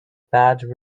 bad